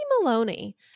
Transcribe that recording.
Maloney